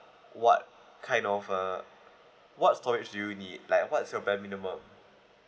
what kind of uh what storage do you need like what's your bare minimum